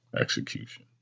execution